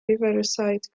riverside